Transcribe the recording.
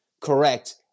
correct